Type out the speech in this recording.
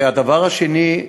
הדבר השני,